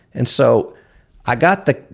and so i got that.